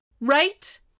Right